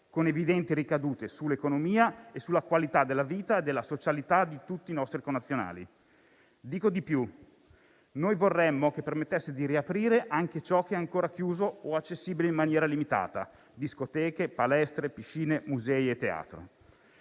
con evidenti ricadute sull'economia e sulla qualità della vita e della socialità di tutti i nostri connazionali. Dico di più: noi vorremmo che permettesse di riaprire anche ciò che è ancora chiuso o accessibile in maniera limitata, come discoteche, palestre, piscine, musei e teatri.